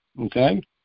Okay